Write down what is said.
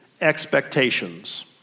expectations